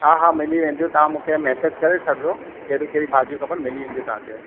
हा हा मिली वेंदियूं तव्हां मूंखे मेसेज करे छॾियो कहिड़ी कहिड़ियूं भाॼियूं खपनि मिली वेंदियूं तव्हांखे